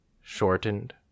Shortened